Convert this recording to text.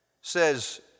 says